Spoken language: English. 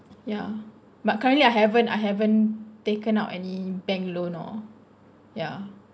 ya but currently I haven't I haven't taken out any bank loan or yeah